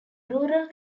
rural